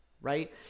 right